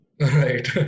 Right